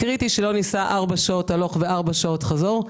קריטי שלא ניסע ארבע שעות הלוך וארבע שעות חזור.